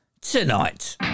tonight